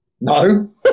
no